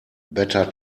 better